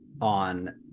on